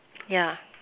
yeah